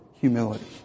humility